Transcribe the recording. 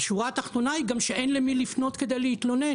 השורה התחתונה היא גם שאין למי לפנות כדי להתלונן